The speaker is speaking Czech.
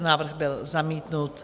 Návrh byl zamítnut.